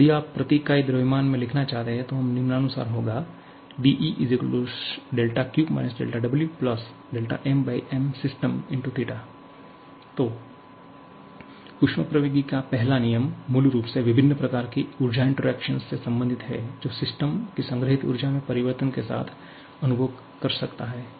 और यदि आप प्रति इकाई द्रव्यमान में लिखना चाहते हैं तो यह निम्नानुसार होगा 𝑑𝑒 𝛿𝑞 - 𝛿𝑤 mmsystem तो ऊष्मप्रवैगिकी का पहला नियम मूल रूप से विभिन्न प्रकार की ऊर्जा इंटरैक्शन से संबंधित है जो सिस्टम की संग्रहीत ऊर्जा में परिवर्तन के साथ अनुभव कर सकता है